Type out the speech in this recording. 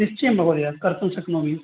निश्चयं महोदय कर्तुं शक्नोमि